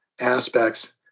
aspects